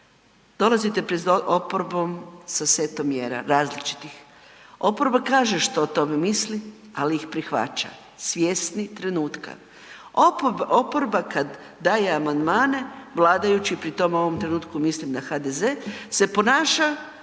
dolazite pred oporbom sa setom mjera različitih, oporba kaže što o tom misli, ali ih prihvaća, svjesni trenutka. Oporba kada daje amandmane vladajući, pri tom u ovom trenutku mislim na HDZ, se ponaša